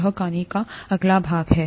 यह कहानी का अगला भाग है